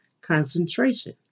concentration